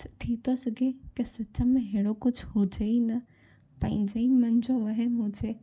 थी त सघे की सच में अहिड़ो कुझु हुजे ई न पंहिंजे ई मन जो वहमु हुजे